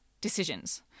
decisions